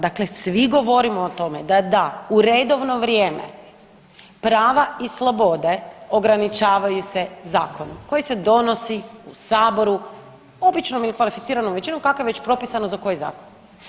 Dakle, svi govorimo to o tome da da u redovno vrijeme prava i slobode ograničavaju se zakonom koji se donosi u saboru običnom i kvalificiranom kako je već propisano za koji zakon.